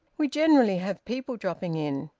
we generally have people dropping in.